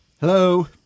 Hello